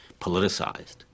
politicized